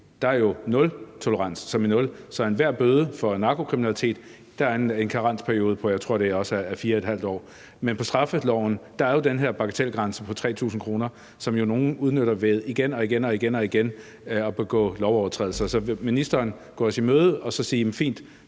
er der nul tolerance, så for enhver bøde for narkokriminalitet er der en karensperiode på 4½ år, tror jeg det er. Men i straffeloven er der jo den her bagatelgrænse på 3.000 kr., som nogle udnytter ved igen og igen at begå lovovertrædelser. Så vil ministeren komme os i møde og sige: Fint,